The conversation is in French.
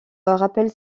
rappelle